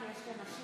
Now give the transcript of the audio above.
לאנשים